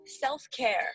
self-care